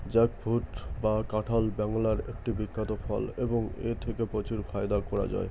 jackfruit বা কাঁঠাল বাংলার একটি বিখ্যাত ফল এবং এথেকে প্রচুর ফায়দা করা য়ায়